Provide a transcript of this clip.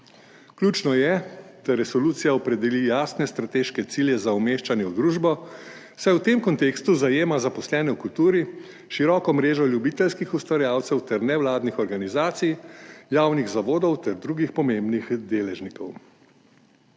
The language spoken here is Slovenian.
Ključno je, da resolucija opredeli jasne strateške cilje za umeščanje v družbo, saj v tem kontekstu zajema zaposlene v kulturi, široko mrežo ljubiteljskih ustvarjalcev ter nevladnih organizacij, javnih zavodov ter drugih pomembnih deležnikov.